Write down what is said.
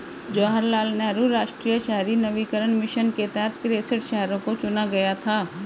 जवाहर लाल नेहरू राष्ट्रीय शहरी नवीकरण मिशन के तहत तिरेसठ शहरों को चुना गया था